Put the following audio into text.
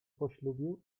poślubił